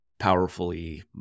Powerfully